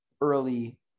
early